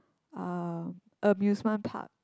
uh amusement park